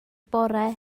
bore